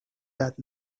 that